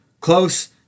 close